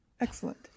Excellent